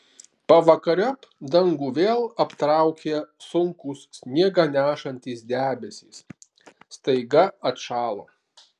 pavakariop dangų vėl aptraukė sunkūs sniegą nešantys debesys staiga atšalo